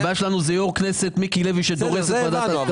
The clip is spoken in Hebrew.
הבעיה שלנו היא יושב-ראש הכנסת מיקי לוי שדורס את ועדת ההסכמות.